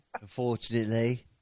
Unfortunately